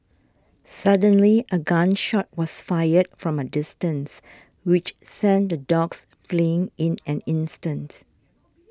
suddenly a gun shot was fired from a distance which sent the dogs fleeing in an instant